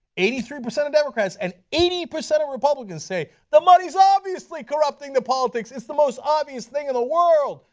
eighty three percent of democrats and eighty percent of republicans say the money is obviously corrupting the politics, it is the most obvious thing in the world,